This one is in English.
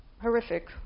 horrific